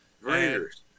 Raiders